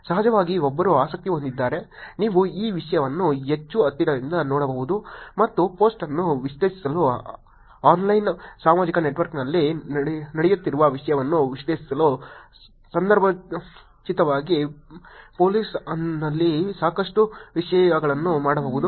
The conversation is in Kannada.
ಸಹಜವಾಗಿ ಒಬ್ಬರು ಆಸಕ್ತಿ ಹೊಂದಿದ್ದರೆ ನೀವು ಈ ವಿಷಯವನ್ನು ಹೆಚ್ಚು ಹತ್ತಿರದಿಂದ ನೋಡಬಹುದು ಮತ್ತು ಪೋಸ್ಟ್ ಅನ್ನು ವಿಶ್ಲೇಷಿಸಲು ಆನ್ಲೈನ್ ಸಾಮಾಜಿಕ ನೆಟ್ವರ್ಕ್ನಲ್ಲಿ ನಡೆಯುತ್ತಿರುವ ವಿಷಯವನ್ನು ವಿಶ್ಲೇಷಿಸಲು ಸಂದರ್ಭೋಚಿತವಾಗಿ ಪೋಲೀಸ್ನಲ್ಲಿ ಸಾಕಷ್ಟು ವಿಶ್ಲೇಷಣೆಗಳನ್ನು ಮಾಡಬಹುದು